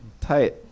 Tight